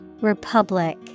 Republic